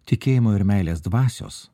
tikėjimo ir meilės dvasios